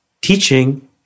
teaching